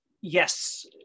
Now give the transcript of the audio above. yes